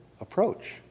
approach